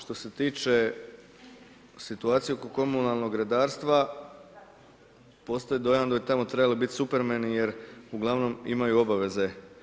Što se tiče situacije oko komunalnog redarstva, postoji dojam da bi tamo trebali biti supermeni jer ugl. imaju obaveze.